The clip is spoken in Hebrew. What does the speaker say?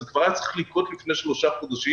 זה כבר היה צריך לקרות לפני שלושה חודשים.